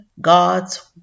God's